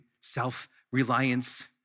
self-reliance